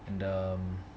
the um